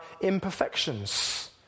imperfections